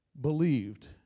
believed